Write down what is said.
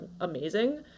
amazing